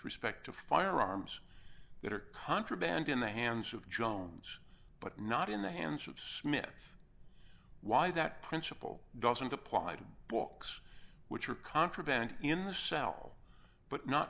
respect to firearms that are contraband in the hands of jones but not in the hands of smith why that principle doesn't apply to books which are contraband in the cell but not